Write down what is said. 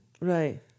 right